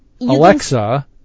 Alexa